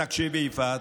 הקשיבי, יפעת,